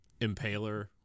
impaler